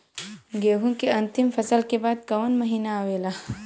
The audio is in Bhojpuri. गेहूँ के अंतिम फसल के बाद कवन महीना आवेला?